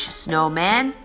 snowman